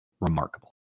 Remarkable